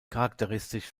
charakteristisch